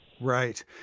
Right